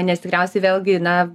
nes tikriausiai vėlgi na